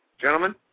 gentlemen